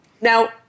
now